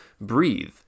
breathe